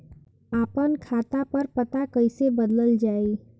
आपन खाता पर पता कईसे बदलल जाई?